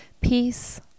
peace